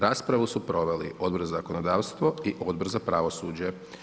Raspravu su proveli Odbor za zakonodavstvo i Odbor za pravosuđe.